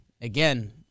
Again